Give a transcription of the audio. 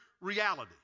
reality